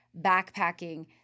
backpacking